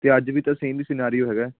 ਅਤੇ ਅੱਜ ਵੀ ਤਾਂ ਸੇਮ ਹੀ ਸਨਾਰੀਓ ਹੈਗਾ